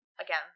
Again